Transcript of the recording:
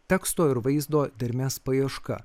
teksto ir vaizdo dermės paieška